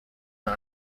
man